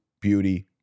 beauty